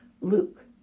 Luke